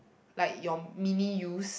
like your mini yous